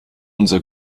unser